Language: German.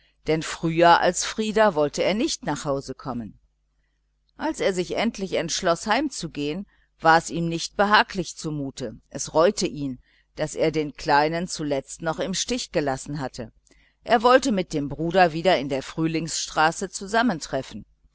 nicht früher als frieder nach hause kommen als er sich endlich entschloß heim zu gehen war es ihm nicht behaglich zumute es reute ihn doch daß er den kleinen zuletzt noch im stich gelassen hatte in der frühlingsstraße wollte er mit dem bruder wieder zusammentreffen